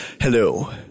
Hello